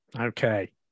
Okay